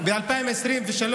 ב-2023